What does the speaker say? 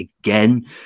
again